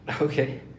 Okay